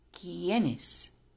quiénes